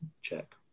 check